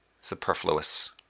superfluous